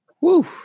Woo